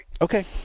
Okay